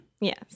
Yes